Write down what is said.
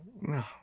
no